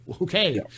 okay